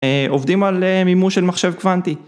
עובדים על מימוש של מחשב קוונטי.